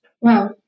wow